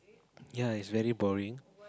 ya it's very boring